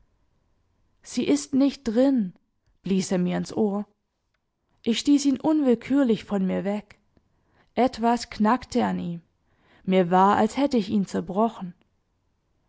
sie ist nicht drin blies er mir ins ohr ich stieß ihn unwillkürlich von mir weg etwas knackte an ihm mir war als hätte ich ihn zerbrochen